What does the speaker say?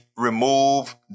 remove